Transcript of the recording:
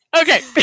Okay